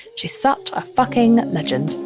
she's such a fucking legend.